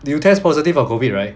you test positive for COVID right